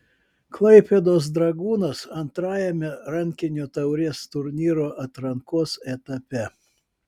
klaipėdos dragūnas antrajame rankinio taurės turnyro atrankos etape